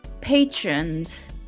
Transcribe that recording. patrons